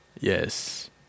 Yes